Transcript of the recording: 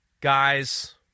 Guys